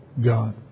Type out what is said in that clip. God